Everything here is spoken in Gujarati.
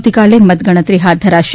આવતીકાલે મતગણતરી હાથ ધરાશે